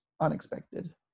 unexpected